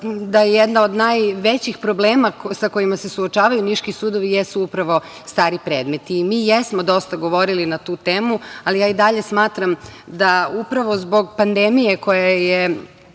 da jedan od najvećih problema sa kojima se suočavaju niški jesu upravo stari predmeti. Mi jesmo dosta govorili na tu temu, ali ja i dalje smatram da upravo zbog pandemije koja je